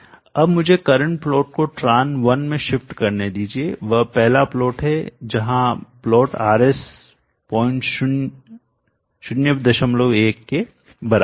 अब मुझे current plot को Tran 1 में शिफ्ट करने दीजिए वह पहला प्लॉट जहां प्लॉट Rs 01 के बराबर है